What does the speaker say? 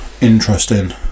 Interesting